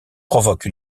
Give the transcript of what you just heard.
provoque